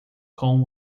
com